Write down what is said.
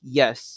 yes